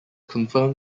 confirmed